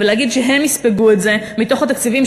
ולהגיד שהן יספגו את זה מתוך התקציבים,